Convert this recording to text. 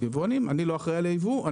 אני לא אחראי על הייבוא.